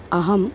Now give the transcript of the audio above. अहम्